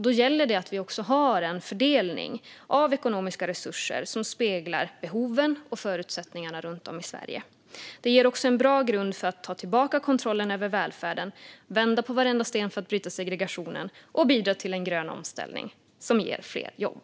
Då gäller det att vi också har en fördelning av ekonomiska resurser som speglar behoven och förutsättningarna runt om i Sverige. Det ger också en bra grund för att ta tillbaka kontrollen över välfärden, vända på varenda sten för att bryta segregationen och bidra till en grön omställning som ger fler jobb.